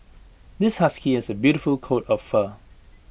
this husky has A beautiful coat of fur